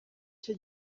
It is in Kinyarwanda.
cyo